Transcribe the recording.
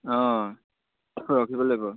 অঁ ৰখিব লাগিব